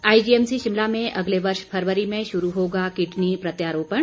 IGMC Shimla में अगले वर्ष फरवरी में शुरू होगा किडनी प्रत्यारोपण